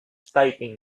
typing